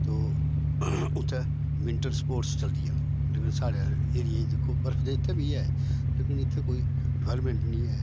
तो उत्थें winter sports चलदी ऐ लेकिन साढ़े ऐरिये च दिक्खो बर्फ ते इत्थे बी ऐ लेकिन इत्थे कोई डिवेल्पमेंट नेईं ऐ